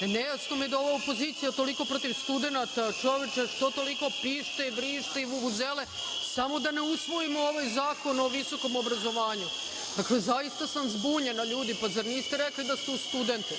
je da je ova opozicija toliko protiv studenata. Čoveče, što toliko pište i vrište i vuvuzele, samo da ne usvojimo ovaj Zakon o visokom obrazovanju. Dakle, zaista sam zbunjena, ljudi, pa zar niste rekli da ste uz studente?